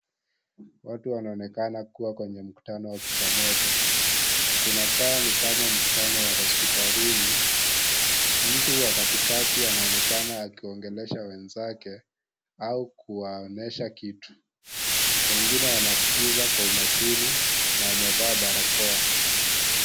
Watu wanaonekana kuwa kwenye mkutano wa kipamoja. Kunakaa ni Kama mkutano wa hospitalini. Mtu wa kati kati anaonekana akiongelesha wenzake au kuwaonyesha kitu. Wengine wanasikiza kwa umakini na wamevaa barakoa.